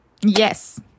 Yes